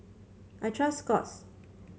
I trust Scott's